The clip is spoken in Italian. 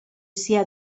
sia